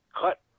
Cut